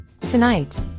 Tonight